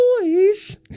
boys